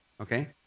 Okay